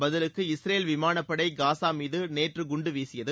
பதிலுக்கு இஸ்ரேல் விமானப்படை காசா மீது நேற்று குண்டு வீசியது